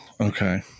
Okay